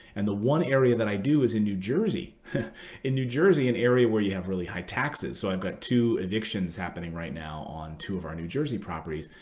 and the one area that i do is in new jersey in new jersey, an area where you have really high taxes. so i've got two evictions happening right now on two of our new jersey properties.